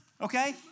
okay